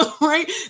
right